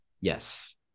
Yes